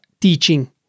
teaching